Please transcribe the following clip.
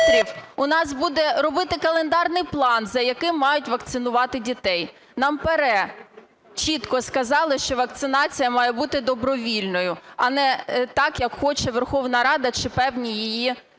у нас буде робити календарний план, за яким мають вакцинувати дітей. Нам ПАРЄ чітко сказало, що вакцинація має бути добровільною, а не так, як хоче Верховна Рада чи певні її члени